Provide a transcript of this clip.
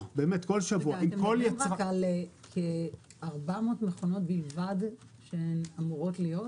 -- אתם מדברים על כ-400 מכונות בלבד שאמורות להיות?